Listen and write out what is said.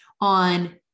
on